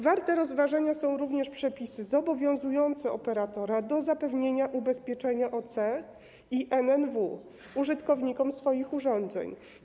Warte rozważenia są również przepisy zobowiązujące operatora do zapewnienia ubezpieczenia OC i NNW użytkownikom swoich urządzeń.